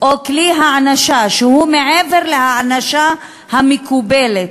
או כלי הענשה שהוא מעבר להענשה המקובלת,